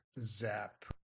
Zap